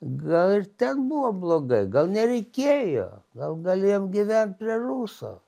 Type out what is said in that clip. gal ir ten buvo blogai gal nereikėjo gal galėjom gyvent prie ruso